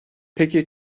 peki